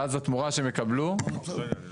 ואז התמורה שהם יקבלו תהיה